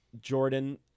Jordan